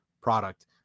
product